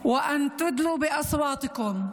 הצביעו בקולותיכם,